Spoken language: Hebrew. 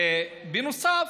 בנוסף,